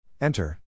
Enter